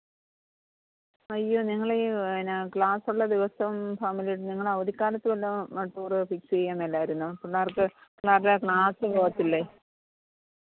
അയ്യോ നിങ്ങൾ ഈ എന്നാ ക്ലാസ്സുള്ള ദിവസം ഫാമിലി നിങ്ങൾ അവധിക്കാലത്ത് വല്ലോം ടൂറ് ഫിക്സ് ചെയ്യാം മേലായിരുന്നോ പിള്ളേർക്ക് പിള്ളേരുടെ ക്ലാസ്സ് പോകത്തില്ലെ